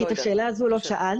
כי את השאלה הזו לא שאלנו,